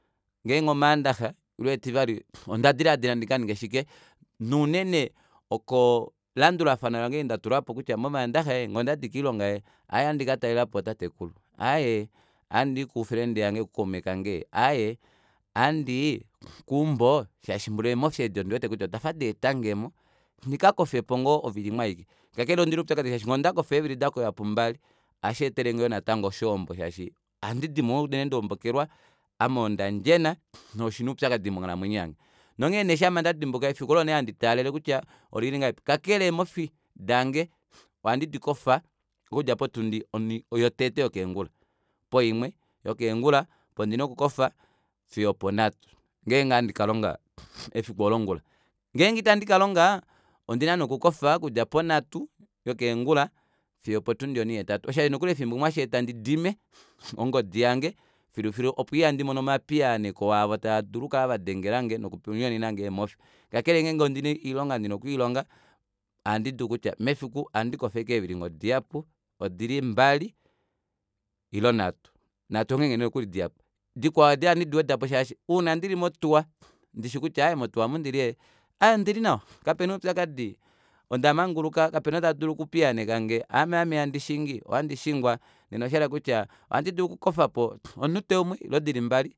Ngeenge omandaxa ile etivali onda dilaadila ndikaninge shike naunene okeelandulafano lange eli ndatulapo kutya momandaxa ee ngee ondadi koilonga ee aye ohandi katalelapo tatekulu aaye ohandii kuferende yange kukaume kange aaye ohandii keumbo shaashi eemofi eedi odiwete kutya odafa daetangemo ndikakofepo ngoo ovili imwe aike kakele ondina oupyakadi shaashi ngee ondakofa eevili dakoya pumbali ohasheetelenge yoo natango oshoombo shaashi ohandidimo unene ndaombokelwa ame odandjena noshina oupyakadi monghalamwenyo yange nongheenee shama ndadimbuka efiku oolo nee handi taalele kutya olili ngahelipi kakele eemofi dange ohandi dikofa okudja potundi yotete yokeengula poimwe yokeengula opo ndina okukofa fiyo oponhatu ngenge ohandikakofa efiku oolo ongula ngeenge nee itandikalonga ondina nee okukofa okudja ponhatu yokeengula fiyo otundi onihetatu osho nokuli efimbo limwe hasheeta ndidime ongodi yange filufilu opo ihandimono omapiyaaneko aavo tava dulu okukala vadengelange noku nyonenange eemofi kakale ngenge ondina oilonga ndina okwiilonga ohandi dulu okutya mefiku ngenge ohandikofa ashike eevili ngoo odihapu odili mbali ile nhatu, nhatu ongenge nokuli dihapu dikwao edi ohandi diwedapo shaashi ouna ndili motuwa ndishi kutya aaaye moutwa omu ndili ee aaye ondili nawa kapena oupyakadi ondamanguluka kapena ou tadulu okupiyaanekange ame haame handi shingi ohandi shingwa nena oshahala okutya ohandi dulu okukofapo omunute umwe ile dili mbali